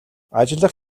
ажиллах